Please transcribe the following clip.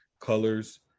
colors